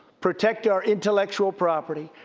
protect our intellectual property,